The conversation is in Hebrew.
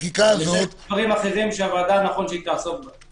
דברים אחרים שהוועדה נכון שתעסוק בהם.